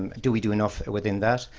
do we do enough within that?